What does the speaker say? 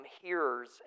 hearers